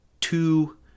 two